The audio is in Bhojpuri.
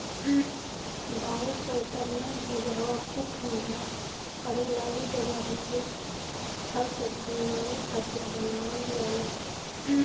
बायोशेल्टर में जहवा खूब ठण्डा पड़ेला उ जगही पे फल सब्जी उगावे खातिर बनावल जाला